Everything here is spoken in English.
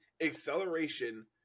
acceleration